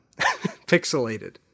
pixelated